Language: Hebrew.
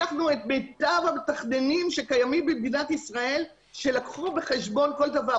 לקחנו את מיטב המתכננים שקיימים במדינת ישראל שלקחו בחשבון כל דבר.